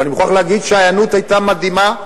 ואני מוכרח להגיד שההיענות היתה מדהימה,